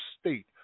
state